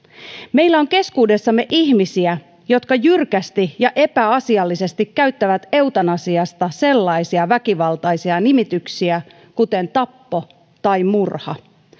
meillä on keskuudessamme ihmisiä jotka jyrkästi ja epäasiallisesti käyttävät eutanasiasta sellaisia väkivaltaisia nimityksiä kuin tappo tai murha